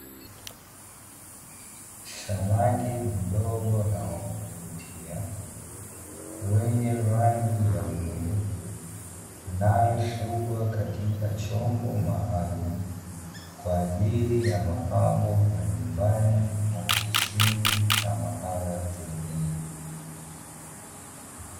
Samaki mdogo na wa kuvutia wenye rangi ya bluu, anaefugwa katika chombo maalumu kwa ajili ya mapambo majumbani na maofisini na mahala zingine .